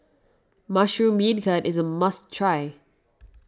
Mushroom Beancurd is a must try